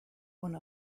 one